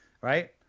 Right